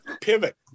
Pivot